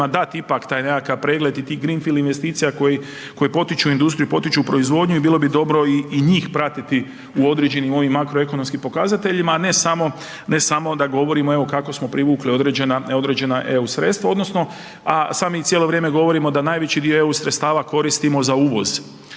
dat ipak taj nekakav pregled i tih greenfield investicija koji potiču industriju, potiču proizvodnju i bilo bi dobro i njih pratiti u određenim ovim makroekonomskim pokazateljima, a ne samo da govorimo evo kako smo privukli određena eu sredstva, a sami cijelo vrijeme govorimo da najveći dio eu sredstava koristimo za uvoz.